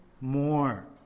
more